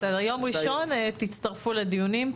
בסדר, ביום ראשון תצטרפו לדיונים.